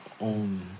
own